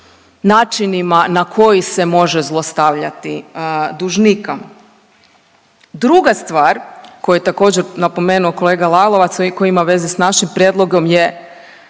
načinima na koji se može zlostavljati dužnika. Druga stvar koju je također napomenuo kolega Lalovac koji ima veze s našim prijedlogom je